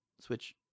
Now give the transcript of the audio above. Switch